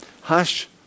Hush